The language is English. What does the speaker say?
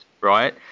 right